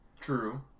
True